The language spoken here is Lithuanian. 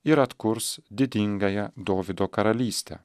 ir atkurs didingąją dovydo karalystę